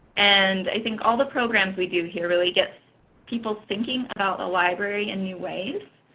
and i think all the programs we do here really get people thinking about the library in new ways.